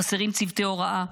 חסרים צוותי הוראה,